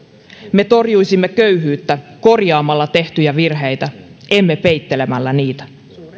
me torjuisimme köyhyyttä korjaamalla tehtyjä virheitä emme peittelemällä niitä